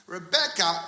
Rebecca